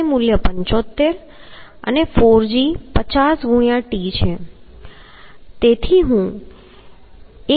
psi મૂલ્ય 75 અને 4g 50 ગુણ્યાં t છે